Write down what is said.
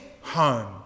home